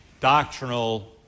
doctrinal